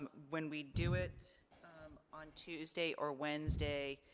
when we do it on tuesday or wednesday,